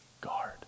guard